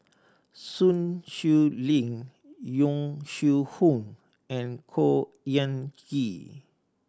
Sun Xueling Yong Shu Hoong and Khor Ean Ghee